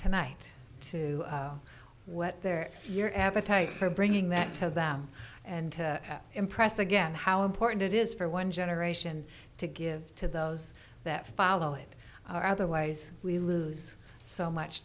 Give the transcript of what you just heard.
tonight to what they're your appetite for bringing that to them and to impress again how important it is for one generation to give to those that follow it otherwise we lose so much